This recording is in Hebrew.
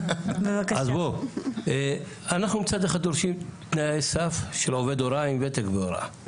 אנחנו מצד אחד דורשים תנאי סף של עובד הוראה עם ותק בהוראה.